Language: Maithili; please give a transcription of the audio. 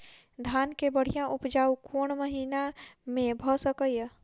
धान केँ बढ़िया उपजाउ कोण महीना मे भऽ सकैय?